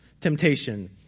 temptation